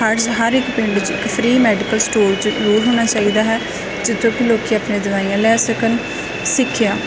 ਹਰਜ਼ ਹਰ ਇੱਕ ਪਿੰਡ 'ਚ ਇੱਕ ਫ੍ਰੀ ਮੈਡੀਕਲ ਸਟੋਰਜ ਜ਼ਰੂਰ ਹੋਣਾ ਚਾਹੀਦਾ ਹੈ ਜਿੱਥੋਂ ਕੀ ਲੋਕ ਆਪਣੇ ਦਵਾਈਆਂ ਲੈ ਸਕਣ ਸਿੱਖਿਆ